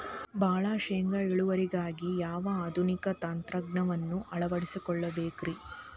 ಭಾಳ ಶೇಂಗಾ ಇಳುವರಿಗಾಗಿ ಯಾವ ಆಧುನಿಕ ತಂತ್ರಜ್ಞಾನವನ್ನ ಅಳವಡಿಸಿಕೊಳ್ಳಬೇಕರೇ?